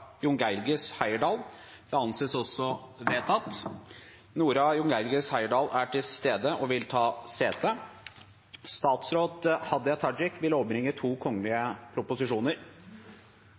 Nora Jungeilges Heyerdahl er til stede og vil ta sete. Representanten Marian Hussein vil